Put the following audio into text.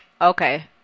okay